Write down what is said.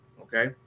Okay